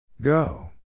Go